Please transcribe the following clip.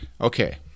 okay